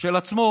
של עצמו